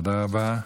תודה רבה.